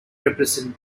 represent